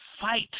fight